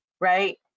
Right